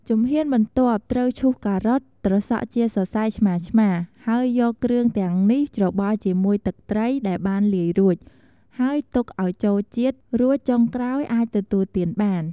ជំហានបន្ទាប់ត្រូវឈូសការ៉ុត ត្រសក់ជាសរសៃឆ្មាៗ ហើយយកគ្រឿងទាំងនេះច្របល់ជាមួយទឹកត្រីដែលបានលាយរួច ហើយទុកឲ្យចូលជាតិ រួចចុងក្រោយអាចទទួលទានបាន។